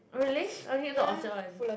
oh really I've been to the Orchard [one]